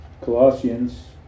Colossians